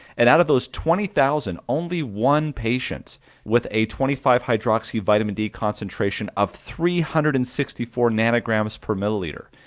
and out of those twenty thousand only one patient with a twenty five hydroxy vitamin d concentration of three hundred and sixty four nanograms per milliliter,